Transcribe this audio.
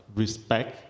respect